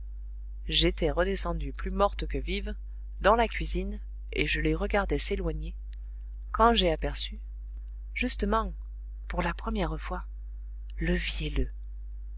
j'étais redescendue plus morte que vive dans la cuisine et je les regardais s'éloigner quand j'ai aperçu justement pour la première fois le